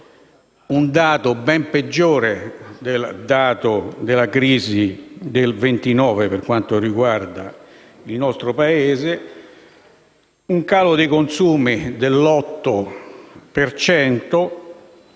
un dato ben peggiore di quello della crisi del 1929 per quanto riguarda il nostro Paese, con un calo dei consumi dell'otto